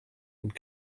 und